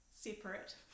separate